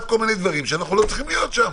כל מיני דברים שאנחנו לא צריכים להיות שם.